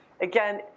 again